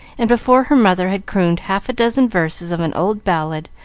and before her mother had crooned half a dozen verses of an old ballad,